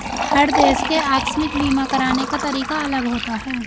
हर देश के आकस्मिक बीमा कराने का तरीका अलग होता है